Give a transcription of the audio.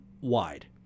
wide